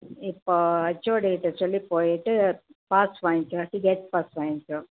இப்போ ஹெச்ஓடிக்கிட்டே சொல்லி போய்ட்டு பாஸ் வாய்ங்க்கோ கேட் பாஸ் வாய்ங்க்கோ